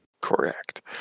Correct